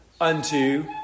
unto